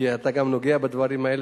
כי אתה גם נוגע בדברים האלה.